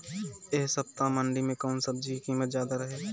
एह सप्ताह मंडी में कउन सब्जी के कीमत ज्यादा रहे?